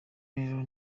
rero